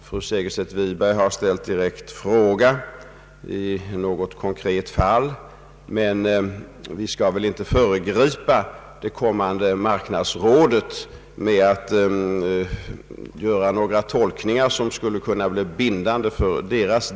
Fru Segerstedt Wiberg har ställt en direkt fråga i ett konkret fall, men vi skall väl inte föregripa det kommande marknadsrådet med att göra tolkningar som kan bli bindande för det.